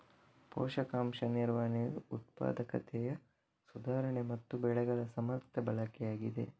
ಪೋಷಕಾಂಶ ನಿರ್ವಹಣೆಯು ಉತ್ಪಾದಕತೆಯ ಸುಧಾರಣೆ ಮತ್ತೆ ಬೆಳೆಗಳ ಸಮರ್ಥ ಬಳಕೆಯಾಗಿದೆ